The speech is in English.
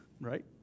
right